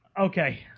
Okay